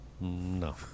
No